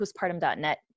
postpartum.net